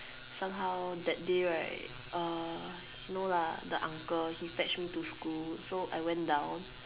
somehow that day right uh no lah the uncle he fetch me to school so I went down